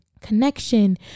connection